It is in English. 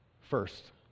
First